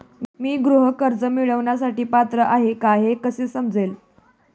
मी गृह कर्ज मिळवण्यासाठी पात्र आहे का हे कसे समजेल?